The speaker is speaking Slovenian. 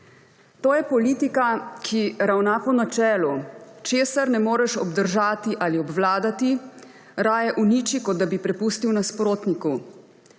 To je politika, ki ravna po načelu: česar ne moreš obdržati ali obvladati, raje uniči, kot da bi prepustil nasprotniku.